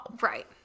Right